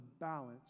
balance